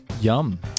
Yum